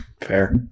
Fair